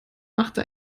machte